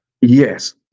Yes